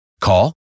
Call